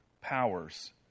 powers